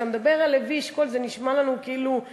כשאתה מדבר על לוי אשכול זה נשמע לנו רחוק,